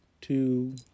two